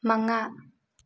ꯃꯉꯥ